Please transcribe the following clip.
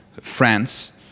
France